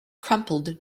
crumpled